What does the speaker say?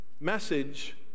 message